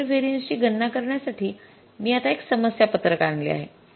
labour व्हेरियन्सची गणना करण्यासाठी मी आता एक समस्या पत्रक आणले आहे